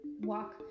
walk